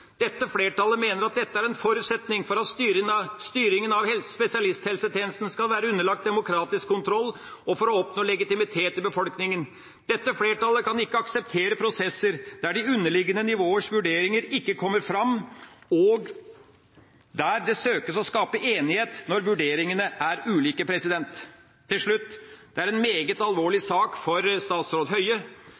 Dette flertallet mener at dette er en forutsetning for at styringa av spesialisthelsetjenesten skal være underlagt demokratisk kontroll og for å oppnå legitimitet i befolkninga. Dette flertallet kan ikke akseptere prosesser der de underliggende nivåers vurderinger ikke kommer fram, og der det søkes å skape enighet når vurderingene er ulike. Til slutt: Dette er en meget alvorlig sak for statsråd Høie.